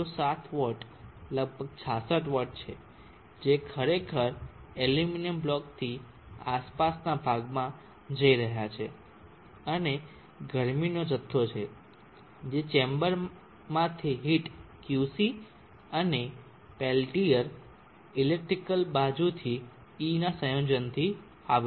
07 watt લગભગ 66 watt છે જે ખરેખર એલ્યુમિનિયમ બ્લોકથી આસપાસના ભાગમાં જઇ રહ્યા છે અને આ ગરમીનો જથ્થો છે જે ચેમ્બરમાંથી હીટ Qc અને પેટિયર ઇલેક્ટ્રિકલ બાજુથી Eના સંયોજનથી આવે છે